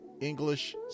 English